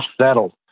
settled